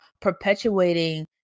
perpetuating